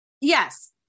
Yes